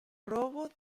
robot